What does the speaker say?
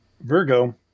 Virgo